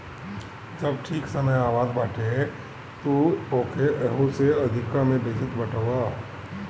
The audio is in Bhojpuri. जब ठीक समय आवत बाटे तअ तू ओके एहू से अधिका में बेचत बाटअ